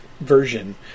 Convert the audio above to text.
version